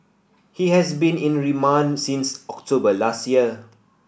he has been in remand since October last year